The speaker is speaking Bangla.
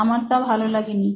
আমার তা ভালো লাগেনি